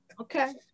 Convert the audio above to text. Okay